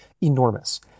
enormous